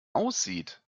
aussieht